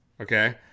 Okay